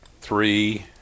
three